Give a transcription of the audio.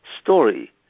story